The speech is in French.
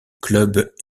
club